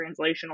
translational